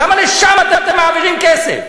למה לשם אתם מעבירים כסף?